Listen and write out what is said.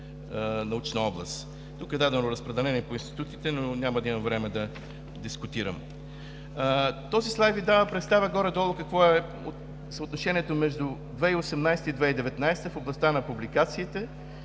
Тук е дадено разпределение по институтите, но няма да имам време да дискутирам. Този слайд Ви дава представа горе-долу какво е съотношението между 2018-а и 2019 г. в областта на публикациите